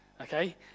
okay